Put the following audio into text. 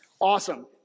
Awesome